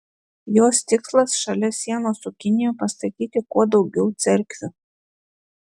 jos tikslas šalia sienos su kinija pastatyti kuo daugiau cerkvių